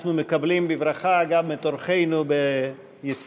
אנחנו מקבלים בברכה גם את אורחינו ביציע,